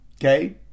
Okay